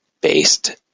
based